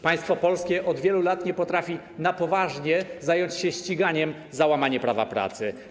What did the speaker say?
Państwo polskie od wielu lat nie potrafi na poważnie zająć się ściganiem za łamanie prawa pracy.